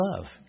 love